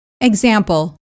Example